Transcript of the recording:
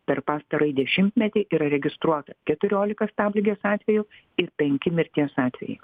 per pastarąjį dešimtmetį yra registruota keturiolika stabligės atvejų ir penki mirties atvejai